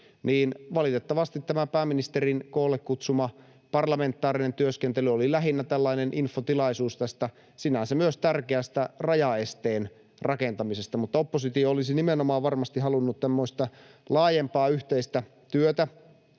niin valitettavasti tämä pääministerin koolle kutsuma parlamentaarinen työskentely oli lähinnä tällainen infotilaisuus tästä sinänsä myös tärkeästä rajaesteen rakentamisesta, mutta oppositio olisi nimenomaan varmasti halunnut tämmöistä laajempaa yhteistä työtä.